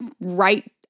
right